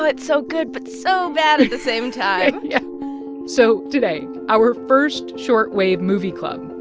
but so good but so bad at the same time yeah so today, our first short wave movie club.